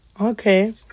Okay